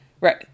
Right